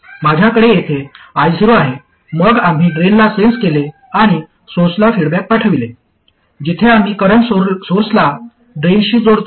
माझ्याकडे येथे I0 आहे मग आम्ही ड्रेनला सेन्स केले आणि सोर्सला फीडबॅक पाठविले जिथे आम्ही करंट सोर्सला ड्रेनशी जोडतो